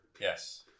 Yes